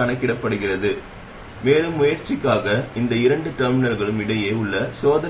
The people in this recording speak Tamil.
குறைக்கப்படுகிறது ஆனால் நாம் ஏன் இதைச் செய்கிறோம் ஏன் டிரான்ஸ் கடத்துத்திறனைக் குறைக்கிறோம்